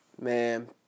Man